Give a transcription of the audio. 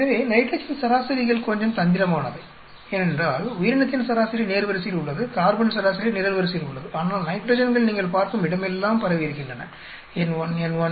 எனவே நைட்ரஜன் சராசரிகள் கொஞ்சம் தந்திரமானவை ஏனென்றால் உயிரினத்தின் சராசரி நேர்வரிசையில் உள்ளது கார்பன் சராசரி நிரல்வரிசையில் உள்ளது ஆனால் நைட்ரஜன்கள் நீங்கள் பார்க்கும் இடமெல்லாம் பரவி இருக்கின்றன N1 N1 N1 N1 N1 N1 N1